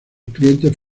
clientes